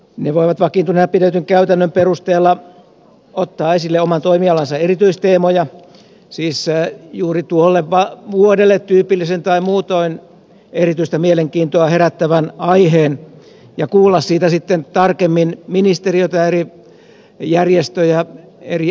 ne voivat vakiintuneena pidetyn käytännön perusteella ottaa esille oman toimialansa erityisteemoja siis juuri tuolle vuodelle tyypillisen tai muutoin erityistä mielenkiintoa herättävän aiheen ja kuulla siitä sitten tarkemmin ministeriötä eri järjestöjä eri asianosaistahoja